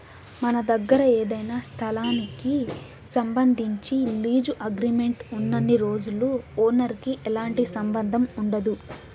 మన దగ్గర ఏదైనా స్థలానికి సంబంధించి లీజు అగ్రిమెంట్ ఉన్నన్ని రోజులు ఓనర్ కి ఎలాంటి సంబంధం ఉండదు